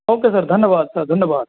okay sir धन्यवाद sir धन्यवाद